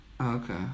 Okay